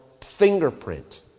fingerprint